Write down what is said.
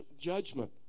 judgment